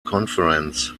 conference